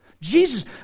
Jesus